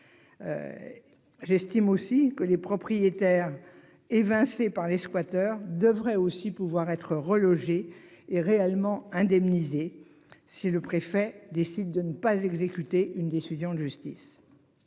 J'estime aussi que les propriétaires évincés par les squatteurs devraient aussi pouvoir être relogés est réellement indemnisés. Si le préfet décide de ne pas exécuter une décision de justice.